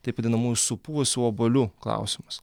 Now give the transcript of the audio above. taip vadinamųjų supuvusių obuolių klausimas